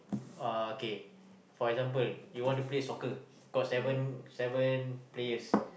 uh kay for example you want to play soccer got seven seven players